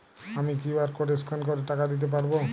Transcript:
আমি QR code scan করে টাকা দিতে পারবো?